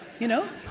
you know,